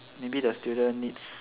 maybe the student needs